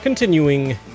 Continuing